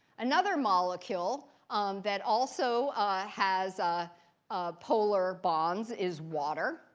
another molecule that also has ah ah polar bonds is water.